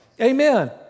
Amen